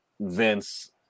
Vince